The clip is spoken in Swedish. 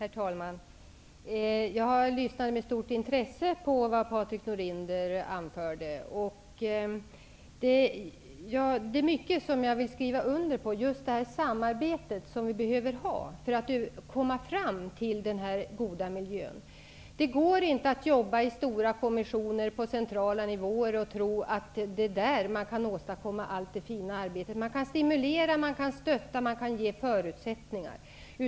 Herr talman! Jag lyssnade med stort intresse på vad Patrik Norinder anförde. Jag vill skriva under på mycket av det han sade. Det gäller främst det samarbete som vi behöver ha för att komma fram till den goda miljön. Det går inte att bara jobba i stora kommissioner på central nivå och tro att det är där man kan åstadkomma allt det fina arbetet. Man kan stimulera, stötta och ge förutsättningar.